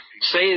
say